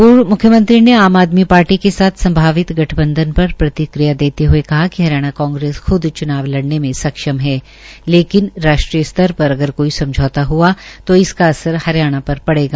पूर्व कहा कि मुख्यमंत्री ने आम आदमी पार्टी के साथ संवाभित गठबंधन पर प्रतिक्रिया देते ह ये कहा कि हरियाणा कांग्रेस ख्द च्लाव लड़ने में सक्षम है लेकिन राष्ट्रीय स्तर पर अगर कोई समझौता हआ तो इसका असर हरियाणा पर पड़ेगा